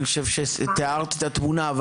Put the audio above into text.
אני חושב שתיארת את התמונה.